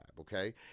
Okay